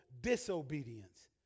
disobedience